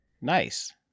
Nice